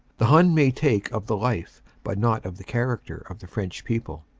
the hun may take of the life but not of the character of the french people.